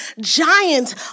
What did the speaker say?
giant